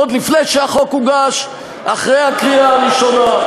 עוד לפני שהחוק הוגש, אחרי הקריאה הראשונה.